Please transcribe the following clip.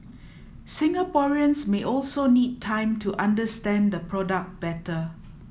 Singaporeans may also need time to understand the product better